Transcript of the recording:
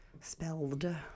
spelled